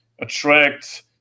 attract